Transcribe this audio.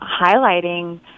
highlighting